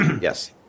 Yes